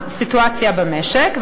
לסיטואציה במשק,